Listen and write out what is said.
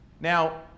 now